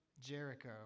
Jericho